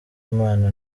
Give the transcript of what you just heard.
imana